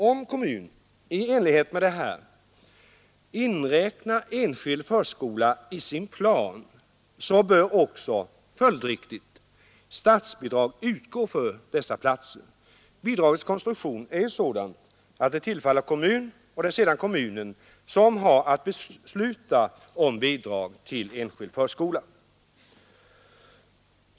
Om kommun i enlighet härmed inräknar enskild förskola i sin plan, så bör också följdriktigt statsbidrag utgå för dessa platser. Bidragets konstruktion är ju sådan att det tillfaller kommunen, och sedan är det kommunen som har att besluta om bidrag till enskild förskola.